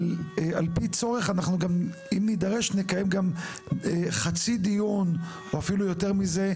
ועל פי צורך אם נדרש נקיים גם חצי דיון ואפילו יותר מזה,